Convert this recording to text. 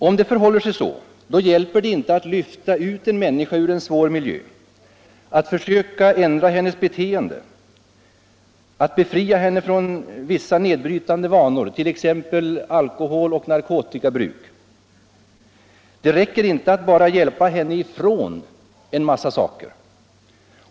Om det förhåller sig så hjälper det inte att lyfta ut en människa ur en svår miljö, att försöka ändra hennes beteende, att befria henne från vissa nedbrytande vanor, t.ex. alkoholoch narkotikabruk. Det räcker inte att bara hjälpa henne ifrån en massa saker.